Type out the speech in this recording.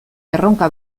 erronka